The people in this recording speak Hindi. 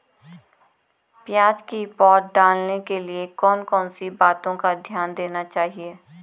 प्याज़ की पौध डालने के लिए कौन कौन सी बातों का ध्यान देना चाहिए?